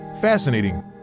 Fascinating